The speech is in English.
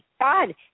God